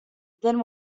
then